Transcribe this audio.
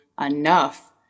enough